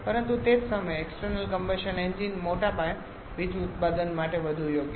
પરંતુ તે જ સમયે એક્સટર્નલ કમ્બશન એન્જિન મોટા પાયે વીજ ઉત્પાદન માટે વધુ યોગ્ય છે